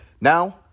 Now